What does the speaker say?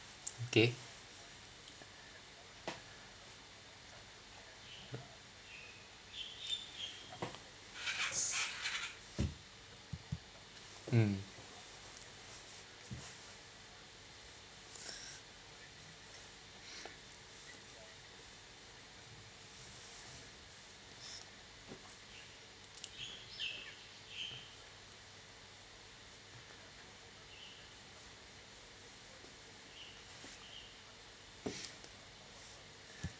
okay mm